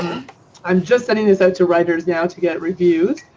i'm just sending this out to writers now to get reviews.